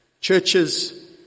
churches